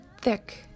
Thick